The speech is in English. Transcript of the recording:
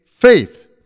Faith